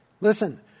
Listen